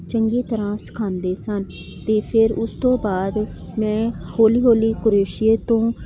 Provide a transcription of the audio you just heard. ਚੰਗੀ ਤਰ੍ਹਾਂ ਸਿਖਾਉਂਦੇ ਸਨ ਅਤੇ ਫਿਰ ਉਸ ਤੋਂ ਬਾਅਦ ਮੈਂ ਹੌਲੀ ਹੌਲੀ ਕਰੋਸ਼ੀਏ ਤੋਂ